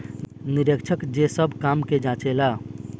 निरीक्षक जे सब काम के जांचे ला